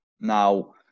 Now